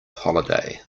holiday